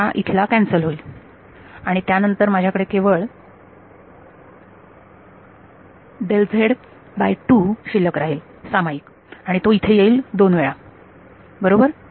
हा इथला कॅन्सल होईल आणि त्यानंतर माझ्याकडे केवळ शिल्लक राहील सामाईक आणि तो इथे येईल दोन वेळा बरोबर